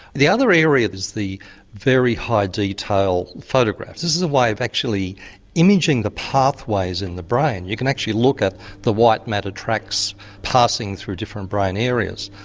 the other area that's the very high detailed photographs, this is a way of actually imaging the pathways in the brain, you can actually look at the white matter tracks passing through different brain areas.